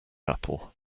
apple